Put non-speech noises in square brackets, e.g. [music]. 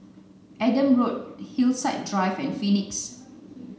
Adam [unintelligible] Hillside Drive and Phoenix